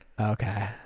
Okay